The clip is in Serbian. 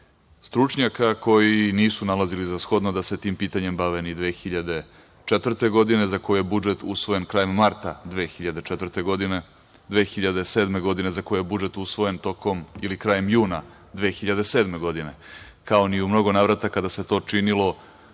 stručnjaka koji nisu nalazili za shodno da se tim pitanjem bave ni 2004. godine, za koje je budžet usvojen krajem marta 2004, 2007. godine za koje je budžet usvojen tokom ili krajem juna 2007, kao ni u mnogo navrata kada se to činilo